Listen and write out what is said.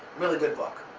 really good book.